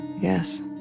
Yes